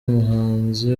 umuhanzi